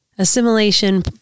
Assimilation